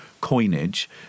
coinage